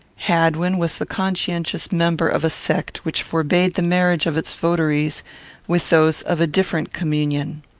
hadwin was the conscientious member of a sect which forbade the marriage of its votaries with those of a different communion.